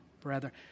brethren